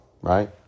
right